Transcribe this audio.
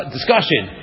discussion